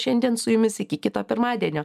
šiandien su jumis iki kito pirmadienio